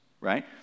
right